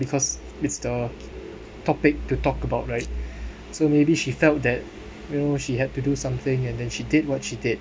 because it's the topic to talk about right so maybe she felt that you know she had to do something and then she did what she did